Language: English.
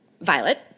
Violet